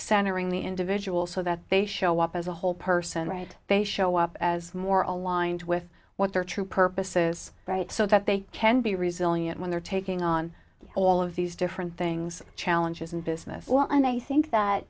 centering the individual so that they show up as a whole person right they show up as more aligned with what their true purpose is right so that they can be resilient when they're taking on all of these different things challenges in business and i think that